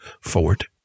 forward